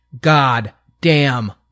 goddamn